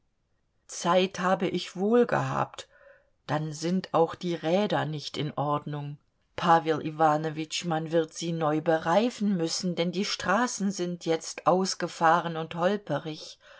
zeit habe ich wohl gehabt dann sind auch die räder nicht in ordnung pawel iwanowitsch man wird sie neu bereifen müssen denn die straßen sind jetzt ausgefahren und holperig